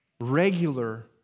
Regular